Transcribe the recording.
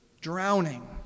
drowning